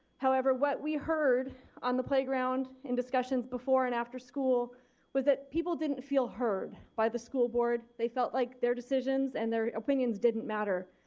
however, what we heard on the playground and discussion before and after school was that people didn't feel heard by the school board. they felt like their decisions and their opinions didn't matter.